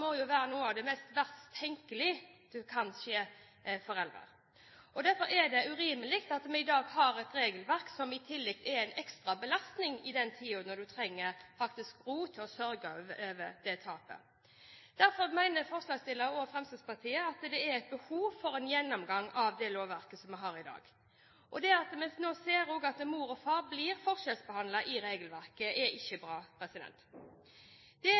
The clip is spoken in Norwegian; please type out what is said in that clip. må jo være noe av det verst tenkelige som kan skje foreldre. Derfor er det urimelig at vi i dag har et regelverk som i tillegg er en ekstra belastning i den tiden da man faktisk trenger ro til å sørge over tapet. Derfor mener forslagsstillerne og Fremskrittspartiet at det er behov for en gjennomgang av det lovverket vi har i dag. Det at mor og far blir forskjellsbehandlet i regelverket, er ikke bra. Det